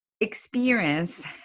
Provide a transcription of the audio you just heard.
experience